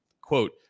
quote